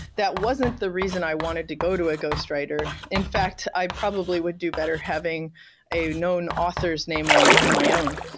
that wasn't the reason i wanted to go to a ghost writer. in fact, i probably would do better having known author s name on it than my own,